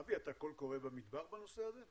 אבי, אתה קול קורא במדבר בנושא הזה?